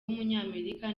w’umunyamerika